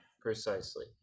Precisely